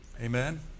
Amen